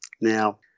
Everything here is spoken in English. Now